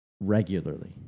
regularly